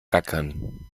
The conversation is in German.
gackern